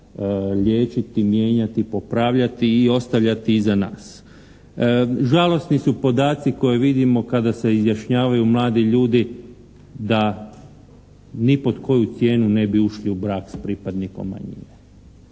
liječiti, mijenjati, popravljati i ostavljati iza nas. Žalosni su podaci koje vidimo kada se izjašnjavaju mladi ljudi da ni pod koju cijenu ne bi ušli s pripadnikom manjine.